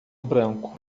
branco